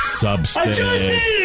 substance